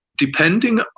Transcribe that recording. Depending